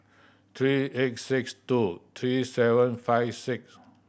three eight six two three seven five six